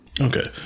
Okay